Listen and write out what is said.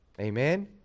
Amen